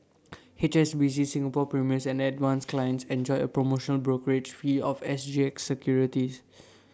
H S B C Singapore's premier and advance clients enjoy A promotional brokerage fee on S G X securities